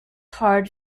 hard